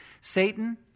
Satan